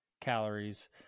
calories